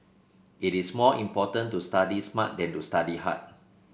it is more important to study smart than to study hard